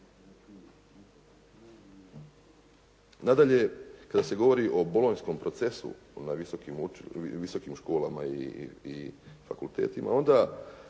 Nadalje, kada se govorio Bolonjskom procesu na visokim školama i fakultetima onda